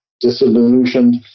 disillusioned